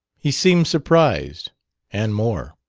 he seemed surprised and more.